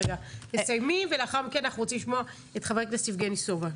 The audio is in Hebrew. תסיימי ואחר כך נשמע את חבר הכנסת יבגני סובה.